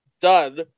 done